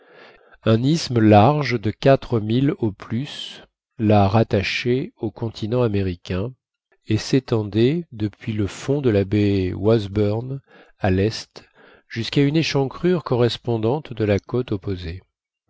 un isthme large de quatre milles au plus la rattachait au continent américain et s'étendait depuis le fond de la baie whasburn à l'est jusqu'à une échancrure correspondante de la côte opposée